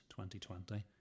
2020